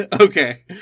okay